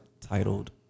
titled